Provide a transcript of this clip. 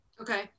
Okay